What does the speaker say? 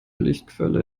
lichtquelle